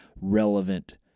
relevant